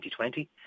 2020